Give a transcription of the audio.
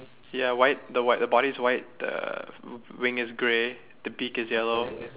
ya white the white the body's white the wing is grey the beak is yellow